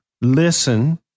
Listen